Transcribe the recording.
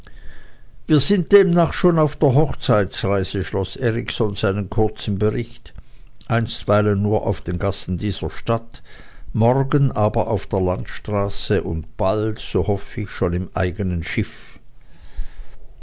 wir sind demnach schon auf der hochzeitsreise schloß erikson seinen kurzen bericht einstweilen nur auf den gassen dieser stadt morgen aber auf der landstraße und bald so hoff ich schon im eigenen schiff